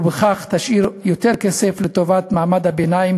ובכך תשאיר יותר כסף לטובת מעמד הביניים